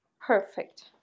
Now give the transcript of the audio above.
Perfect